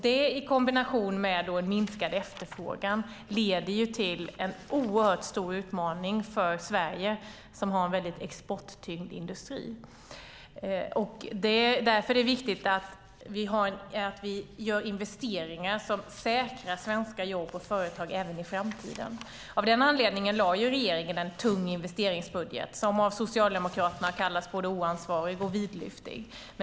Detta i kombination med en minskad efterfrågan leder till en oerhört stor utmaning för Sverige, som har en väldigt exporttyngd industri. Därför är det viktigt att vi gör investeringar som säkrar svenska jobb och företag även i framtiden. Av den anledningen lade regeringen fram en tung investeringsbudget, som av Socialdemokraterna kallas både oansvarig och vidlyftig.